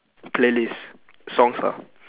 playlist songs ah